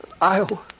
Iowa